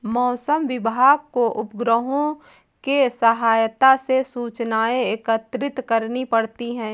मौसम विभाग को उपग्रहों के सहायता से सूचनाएं एकत्रित करनी पड़ती है